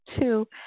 two